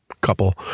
couple